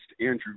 Andrew